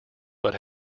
but